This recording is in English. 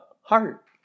heart